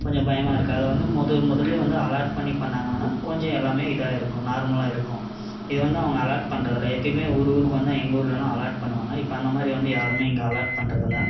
கொஞ்சம் பயமாக இருக்கு அதை வந்து முத முதல்லையே வந்து அலாட் பண்ணி பண்ணாங்கன்னா கொஞ்சம் எல்லாமே இதாக இருக்கும் நார்மலாக இருக்கும் இது வந்து அவங்க அலாட் பண்ணுறதில்ல எப்பையுமே ஒரு ஊருக்கு வந்தா எங்கள் ஊருலலாம் அலாட் பண்ணுவாங்க இப்போ அந்த மாதிரி வந்து யாருமே இங்கே அலாட் பண்றதில்லை